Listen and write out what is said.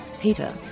Peter